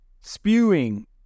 spewing